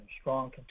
strong